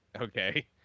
Okay